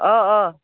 آ آ